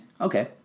okay